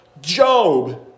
Job